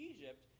Egypt